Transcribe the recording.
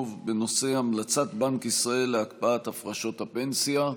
בנושא: המלצת בנק ישראל להקפאת הפרשות הפנסיה.